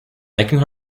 making